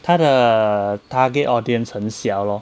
他的 target audience 很小 lor